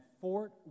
Fort